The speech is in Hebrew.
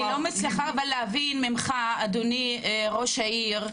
אני לא מצליחה להבין ממך, אדוני ראש העיר.